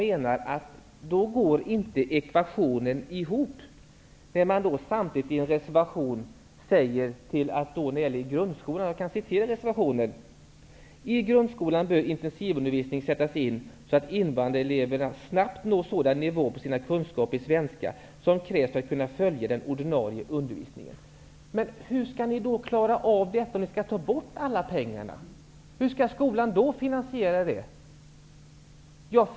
Ekvationen går inte ihop när man samtidigt i en reservation som gäller grundskolan säger: ''I grundskolan bör intensivundervisning sättas in så att invandrareleverna snabbt når sådan nivå på sina kunskaper i svenska som krävs för att kunna följa den ordinarie undervisningen.'' Hur skall ni klara av detta när ni vill ta bort alla pengar? Hur skall skolan finansiera undervisningen?